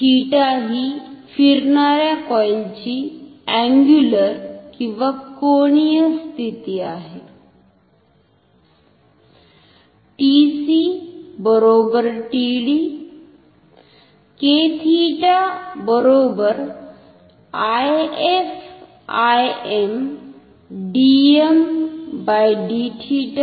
θ हि फिरणाऱ्या कॉईल ची अंगुलरकोनीय स्थिती आहे